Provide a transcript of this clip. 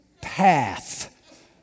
path